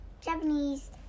Japanese